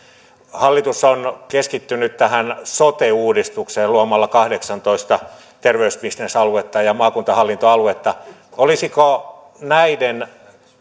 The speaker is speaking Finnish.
hallitus on keskittynyt tähän sote uudistukseen luomalla kahdeksantoista terveysbisnesaluetta ja maakuntahallintoaluetta olisiko näiden